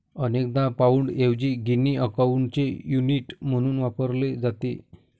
अनेकदा पाउंडऐवजी गिनी अकाउंटचे युनिट म्हणून वापरले जाते